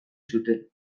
zuten